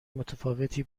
متفاوتی